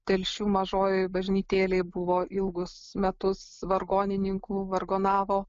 telšių mažojoj bažnytėlėj buvo ilgus metus vargonininku vargonavo